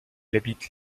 habite